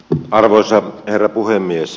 arvoisa herra puhemies